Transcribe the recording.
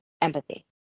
empathy